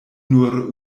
nur